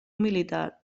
militar